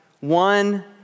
one